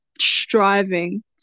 striving